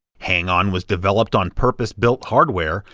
hang-on was developed on purpose-built hardware,